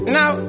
now